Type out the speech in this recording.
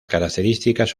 características